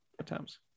attempts